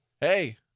hey